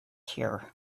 here